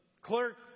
clerk